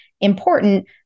important